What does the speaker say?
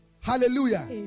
Hallelujah